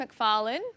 McFarlane